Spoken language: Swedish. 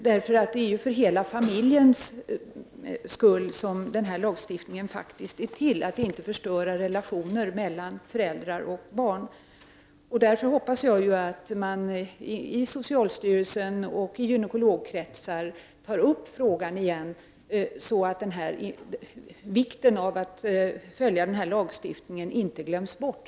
Denna lagstiftning är ju faktiskt till för hela familjens skull, för att inte förstöra relationerna mellan föräldrar och barn. Jag hoppas därför att man i socialstyrelsen och i gynekologkretsar på nytt tar upp frågan så att vikten av att följa denna lagstiftning inte glöms bort.